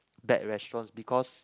bad restaurants because